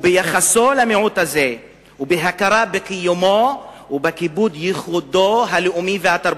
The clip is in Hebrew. ביחסה למיעוט הזה ובהכרה בקיומו ובכיבוד ייחודו הלאומי והתרבותי.